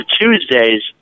Tuesdays